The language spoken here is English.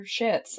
shits